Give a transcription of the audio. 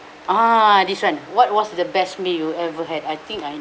ah this one what was the best meal you ever had I think I